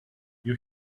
you